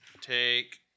Take